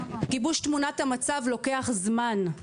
גיבוש תמונת המצב לוקחת זמן.